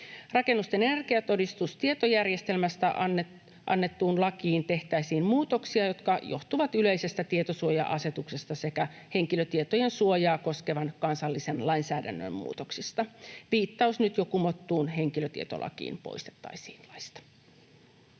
Rakennusten energiatodistustietojärjestelmästä annettuun lakiin tehtäisiin muutoksia, jotka johtuvat yleisestä tietosuoja-asetuksesta sekä henkilötietojen suojaa koskevan kansallisen lainsäädännön muutoksista. Viittaus nyt jo kumottuun henkilötietolakiin poistettaisiin laista.